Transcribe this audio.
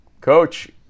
Coach